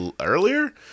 earlier